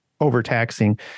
overtaxing